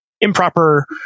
improper